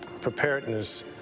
preparedness